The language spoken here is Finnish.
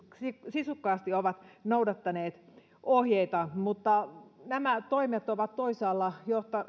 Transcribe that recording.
sisukkaasti ovat noudattaneet ohjeita mutta nämä toimet ovat toisaalla